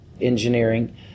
engineering